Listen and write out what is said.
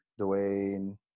Dwayne